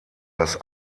das